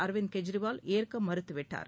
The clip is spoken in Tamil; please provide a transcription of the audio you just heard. அரவிந்த் கெஜ்ரிவால் ஏற்க மறுத்துவிட்டார்